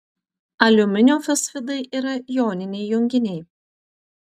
aliuminio fosfidai yra joniniai junginiai